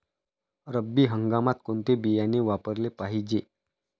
रब्बी हंगामात कोणते बियाणे वापरले पाहिजे?